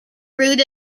route